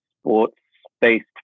sports-based